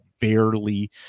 barely